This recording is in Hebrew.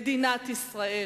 מדינת ישראל.